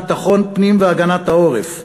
ביטחון פנים והגנת העורף,